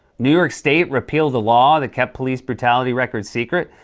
new york state repealed the law that kept police brutality records secret.